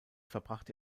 verbrachte